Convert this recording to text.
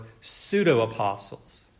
pseudo-apostles